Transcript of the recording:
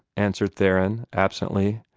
answered theron, absently.